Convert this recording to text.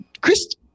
Chris